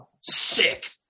Sick